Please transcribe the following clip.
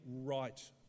right